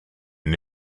new